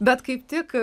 bet kaip tik